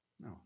No